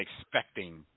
expecting